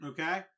Okay